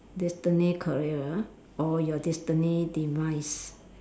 destiny career ah or your destiny demise